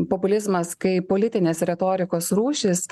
populizmas kaip politinės retorikos rūšis